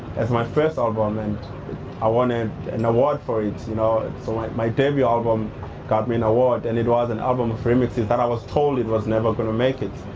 as my first album, and i won an award for it, you know. so like my debut album got me an award, and it was an album of remixes that i was told it was never gonna make it.